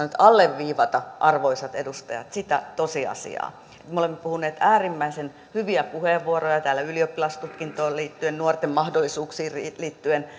nyt alleviivata arvoisat edustajat sitä tosiasiaa me olemme puhuneet täällä äärimmäisen hyviä puheenvuoroja ylioppilastutkintoon liittyen nuorten mahdollisuuksiin liittyen